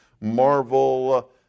Marvel